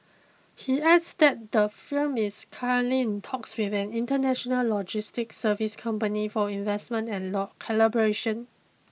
he adds that the firm is currently in talks with an international logistics service company for investment and law collaboration